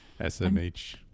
smh